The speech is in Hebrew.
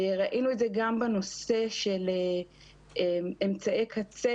ראינו את זה גם בנושא של אמצעי קצה.